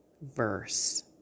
verse